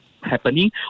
happening